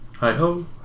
Hi-ho